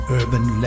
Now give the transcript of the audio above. urban